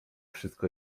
wszystko